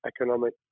economic